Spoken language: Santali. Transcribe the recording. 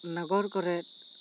ᱱᱚᱜᱚᱨ ᱠᱚᱨᱮ